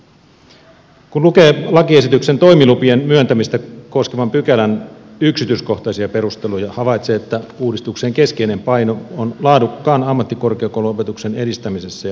kun lukee lakiesityksen toimilupien myöntämistä koskevan pykälän yksityiskohtaisia perusteluja havaitsee että uudistuksen keskeinen paino on laadukkaan ammattikorkeakouluopetuksen edistämisessä ja varmistamisessa